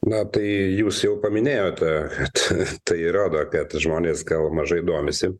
na tai jūs jau paminėjote kad tai rodo kad žmonės gal mažai domisi